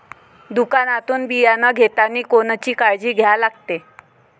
दुकानातून बियानं घेतानी कोनची काळजी घ्या लागते?